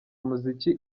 umuziki